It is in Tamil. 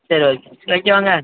சரி ஓகேங்க வைக்கவாங்க